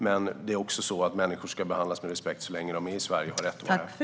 Men det är också så att människor ska behandlas med respekt så länge de är i Sverige och har rätt att vara här.